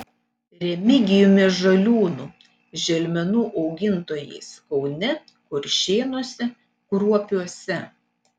remigijumi žaliūnu želmenų augintojais kaune kuršėnuose kruopiuose